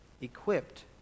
equipped